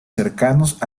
cercanos